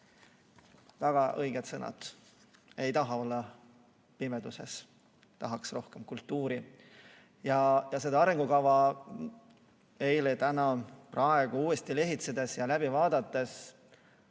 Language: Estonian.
Väga õiged sõnad. Ei taha olla pimeduses, tahaks rohkem kultuuri. Seda arengukava eile, täna ja praegu uuesti lehitsedes ja läbi vaadates